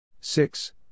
six